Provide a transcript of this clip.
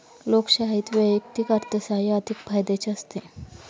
लोकशाहीत वैयक्तिक अर्थसाहाय्य अधिक फायद्याचे असते